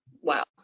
Wow